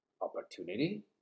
opportunity